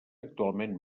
actualment